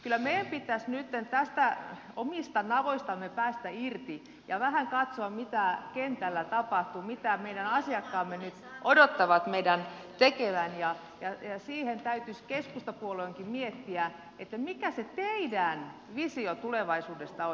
kyllä meidän pitäisi nytten näistä omista navoistamme päästä irti ja vähän katsoa mitä kentällä tapahtuu mitä meidän asiakkaamme nyt odottavat meidän tekevän ja täytyisi keskustapuoleenkin miettiä mikä se teidän visionne tulevaisuudesta on